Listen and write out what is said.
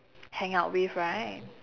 hang out with right